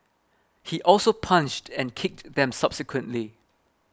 he also punched and kicked them subsequently